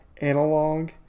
analog